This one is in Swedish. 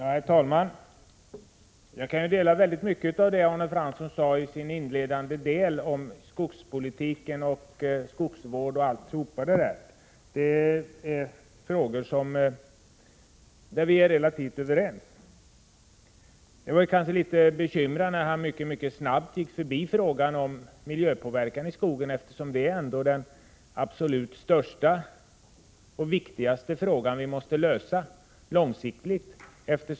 Herr talman! Jag kan instämma i mycket av det som Jan Fransson sade i inledningen till sitt anförande om skogspolitiken, om skogsvård, m.m. Det är frågor som vi är relativt överens om. Jag blev emellertid litet bekymrad när Jan Fransson mycket snabbt gick förbi frågan om miljöpåverkan i skogen, eftersom det är den absolut största och viktigaste frågan som vi måste lösa långsiktigt.